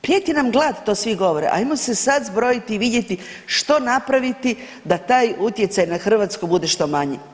Prijeti nam glad to svi govore, ajmo se sad zbrojiti i vidjeti što napraviti da taj utjecaj na Hrvatsku bude što manji.